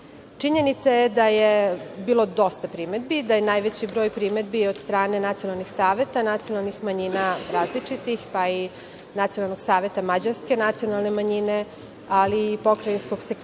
nama. Činjenica je da je bilo dosta primedbi i da je najveći broj primedbi od strane nacionalnih saveta nacionalnih manjina različitih, pa i Nacionalnog saveta mađarske nacionalne manjine, ali i Pokrajinskog sekretarijata